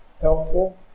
helpful